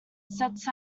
sets